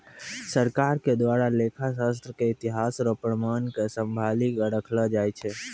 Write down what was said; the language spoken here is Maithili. सरकार के द्वारा लेखा शास्त्र के इतिहास रो प्रमाण क सम्भाली क रखलो जाय छै